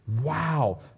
wow